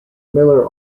miller